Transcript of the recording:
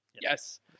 Yes